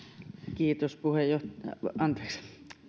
kiitos puheenjoh anteeksi